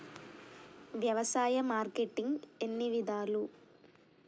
వ్యవసాయ మార్కెటింగ్ ఎన్ని విధాలు?